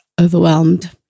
overwhelmed